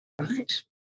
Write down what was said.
right